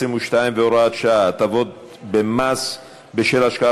222 והוראות שעה) (הטבות במס בשל השקעה